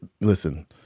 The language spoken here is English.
listen